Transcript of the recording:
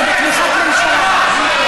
זה בתמיכת ממשלה.